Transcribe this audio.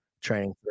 training